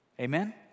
Amen